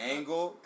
Angle